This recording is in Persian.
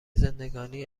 زندگانی